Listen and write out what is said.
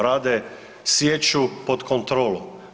Rade sječu pod kontrolom.